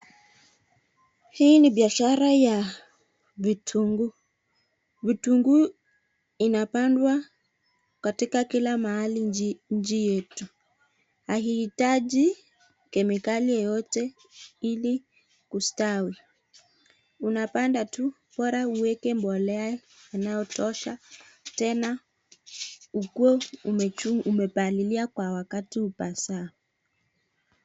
Hii ni biashara ya vitunguu. Vitunguu inapandwa katika kila mahali nchi yetu. Haihitaji kemikali yoyote ili kustawi. Unapanda tu bora uweke mbolea inayotosha tena ukuwe umepalilia kwa wakati upasao.